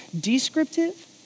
descriptive